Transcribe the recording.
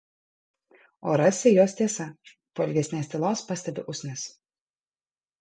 o rasi jos tiesa po ilgesnės tylos pastebi usnis